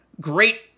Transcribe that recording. Great